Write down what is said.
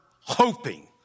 hoping